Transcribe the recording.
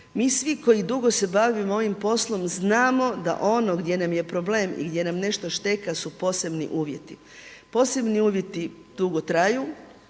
Mi svi koji dugo se bavimo ovim poslom znamo da ono gdje nam je problem i gdje nam nešto šteka su posebni uvjeti. Posebni uvjeti dugo traju,